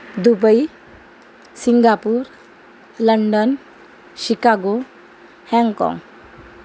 Dubai Singapore London Chicago Hong Kong